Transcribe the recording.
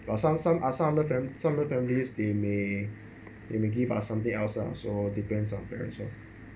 but some some ah some other fam~ some other families they may they may give uh something else ah so depends on parents lor